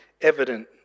evident